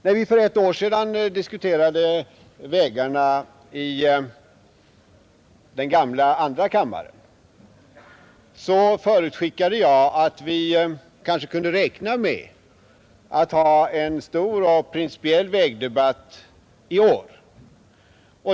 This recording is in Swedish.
När vi för ett år sedan diskuterade vägarna i den gamla andra kammaren, förutskickade jag att vi kunde räkna med att ha en stor och principiell vägdebatt i år.